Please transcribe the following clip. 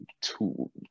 two